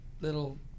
little